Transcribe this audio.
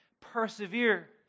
persevere